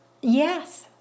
Yes